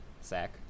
sack